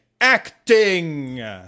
acting